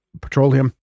petroleum